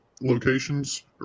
locations